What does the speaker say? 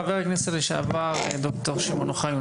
חבר הכנסת לשעבר, ד"ר שמעון אוחיון.